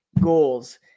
goals